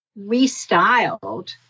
restyled